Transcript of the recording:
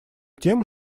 тем